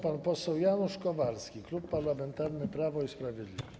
Pan poseł Janusz Kowalski, Klub Parlamentarny Prawo i Sprawiedliwość.